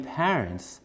parents